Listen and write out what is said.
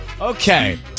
Okay